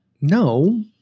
No